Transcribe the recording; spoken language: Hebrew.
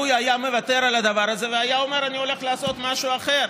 הוא היה מוותר על הדבר הזה והיה אומר: אני הולך לעשות משהו אחר.